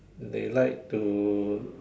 they like to